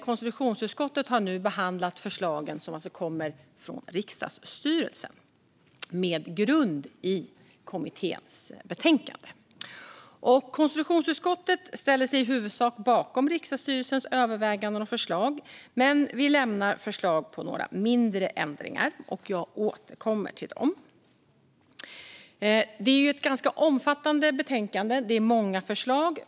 Konstitutionsutskottet har behandlat förslagen som kommer från riksdagsstyrelsen med grund i kommitténs betänkande. Konstitutionsutskottet ställer sig i huvudsak bakom riksdagsstyrelsens överväganden och förslag, men vi lämnar förslag på några mindre ändringar. Jag återkommer till dem. Det är ett omfattande betänkande, och det är många förslag.